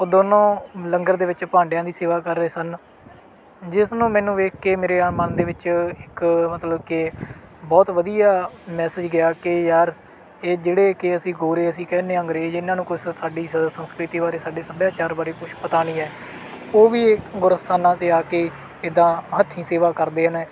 ਉਹ ਦੋਨੋਂ ਲੰਗਰ ਦੇ ਵਿੱਚ ਭਾਂਡਿਆਂ ਦੀ ਸੇਵਾ ਕਰ ਰਹੇ ਸਨ ਜਿਸਨੂੰ ਮੈਨੂੰ ਵੇਖ ਕੇ ਮੇਰੇ ਮਨ ਦੇ ਵਿੱਚ ਇੱਕ ਮਤਲਬ ਕਿ ਬਹੁਤ ਵਧੀਆ ਮੈਸਜ ਗਿਆ ਕਿ ਯਾਰ ਇਹ ਜਿਹੜੇ ਕਿ ਅਸੀਂ ਗੋਰੇ ਅਸੀਂ ਕਹਿੰਦੇ ਹਾਂ ਅੰਗਰੇਜ਼ ਇਹਨਾਂ ਨੂੰ ਕੁਛ ਸਾਡੀ ਸ ਸੰਸਕ੍ਰਿਤੀ ਬਾਰੇ ਸਾਡੇ ਸੱਭਿਆਚਾਰ ਬਾਰੇ ਕੁਛ ਪਤਾ ਨਹੀਂ ਹੈ ਉਹ ਵੀ ਗੁਰ ਅਸਥਾਨਾਂ 'ਤੇ ਆ ਕੇ ਇੱਦਾਂ ਹੱਥੀਂ ਸੇਵਾ ਕਰਦੇ ਨੇ